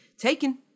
taken